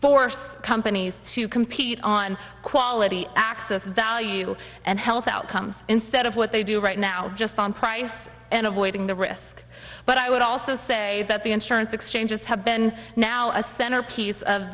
force companies to compete on quality access value and health outcomes instead of what they do right now just on price and avoiding the risk but i would also say that the insurance exchanges have been now a centerpiece of